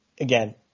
again –